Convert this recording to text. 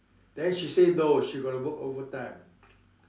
then she say no she got to work over time